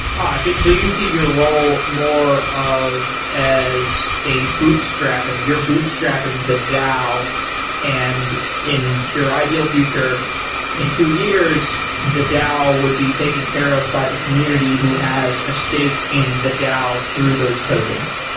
ah so so you see your role more of as a bootstrapping. your bootstrapping the dao and in your ideal future in two years, the dao would be taken care of by the community who has a stake in the dao through those tokens.